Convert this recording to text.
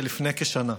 לפני כשנה.